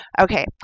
Okay